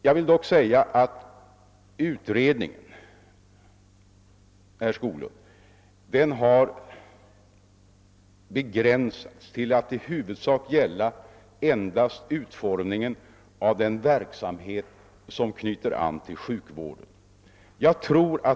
Jag vill dock säga att utredningen begränsats till att i huvudsak gälla endast utformningen av den verksamhet som knyter an till sjukvården.